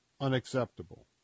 unacceptable